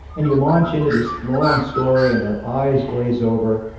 and you launch into this long story and their eyes glaze over.